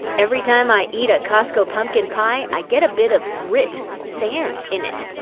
every time i eat a costco pumpkin pie i get a bit of grit sand in it!